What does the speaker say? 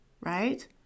right